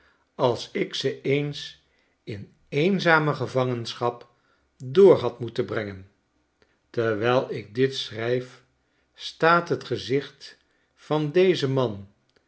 als ik ze eens in eenzame gevangenschap door had moeten brengen terwyl ik dit schrijf staat het gezicht van dezen man